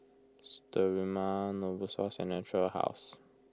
Sterimar Novosource and Natura House